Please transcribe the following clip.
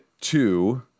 two